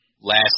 last